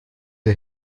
der